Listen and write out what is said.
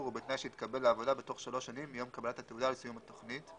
ובתנאי שהתקבל לעבודה בתוך שלש שנים מיום קבלת התעודה על סיום התכנית."